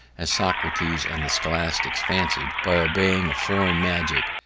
as socrates and the scholastics fancied, by obeying a foreign magic,